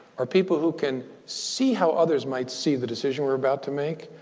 are people who can see how others might see the decision we're about to make,